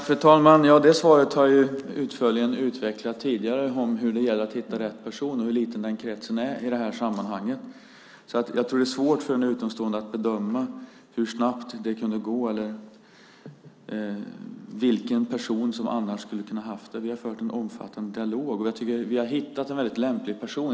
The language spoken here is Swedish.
Fru talman! Det svaret har jag utförligt utvecklat tidigare. Det gäller att hitta rätt person, och kretsen är liten i det här sammanhanget. Jag tror att det är svårt för en utomstående att bedöma hur snabbt det hade kunnat gå eller vilken annan person det kunde ha varit. Vi har fört en omfattande dialog, och jag tycker att vi har hittat en väldigt lämplig person.